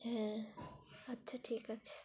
হ্যাঁ আচ্ছা ঠিক আছে